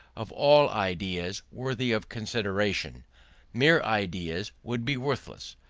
of all ideas worthy of consideration mere ideas would be worthless.